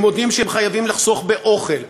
הם מודים שהם חייבים לחסוך באוכל,